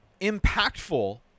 impactful